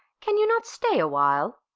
can you not stay awhile?